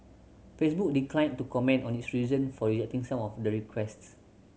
Facebook declined to comment on its reason for rejecting some of the requests